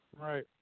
Right